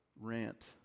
Rant